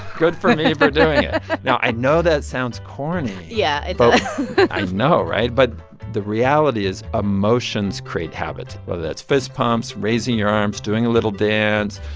good for me for doing it. now, i know that sounds corny yeah. it does so i know, right? but the reality is emotions create habit. whether that's fist pumps, raising your arms, doing a little dance,